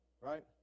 Right